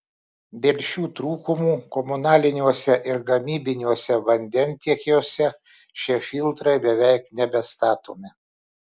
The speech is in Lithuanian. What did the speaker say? dėl šių trūkumų komunaliniuose ir gamybiniuose vandentiekiuose šie filtrai beveik nebestatomi